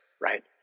right